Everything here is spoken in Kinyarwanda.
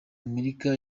amerika